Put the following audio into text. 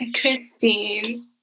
Christine